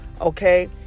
Okay